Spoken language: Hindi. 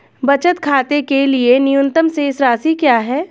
बचत खाते के लिए न्यूनतम शेष राशि क्या है?